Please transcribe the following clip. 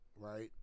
right